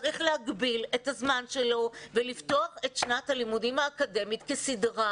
צריך להגביל את הזמן שלו ולפתוח את שנת הלימודים האקדמית כסדרה,